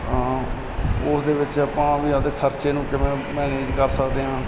ਤਾਂ ਉਸ ਦੇ ਵਿੱਚ ਆਪਾਂ ਵੀ ਆਪਣੇ ਖਰਚੇ ਨੂੰ ਕਿਵੇਂ ਮੈਨੇਜ ਕਰ ਸਕਦੇ ਹਾਂ